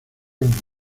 del